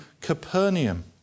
Capernaum